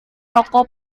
toko